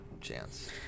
chance